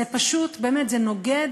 זה פשוט נוגד